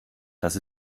das